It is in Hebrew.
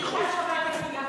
רק גפני יכול לעשות.